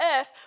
earth